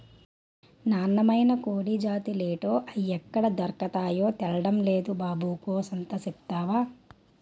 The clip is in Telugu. నాన్నమైన కోడి జాతులేటో, అయ్యెక్కడ దొర్కతాయో తెల్డం నేదు బాబు కూసంత సెప్తవా